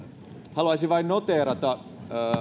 haluaisin vain noteerata